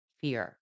fear